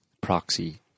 proxy